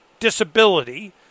Disability